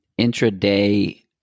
intraday